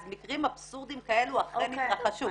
אז מקרים אבסורדיים כאלו אכן התרחשו.